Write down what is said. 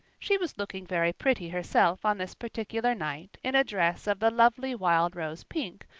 she was looking very pretty herself on this particular night in a dress of the lovely wild-rose pink,